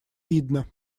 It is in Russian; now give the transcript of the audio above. видно